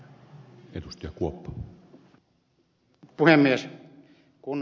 herra puhemies